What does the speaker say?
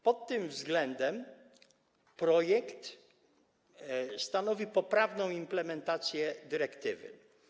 Pod tym względem projekt stanowi poprawną implementację dyrektywy.